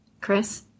Chris